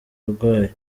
burwayi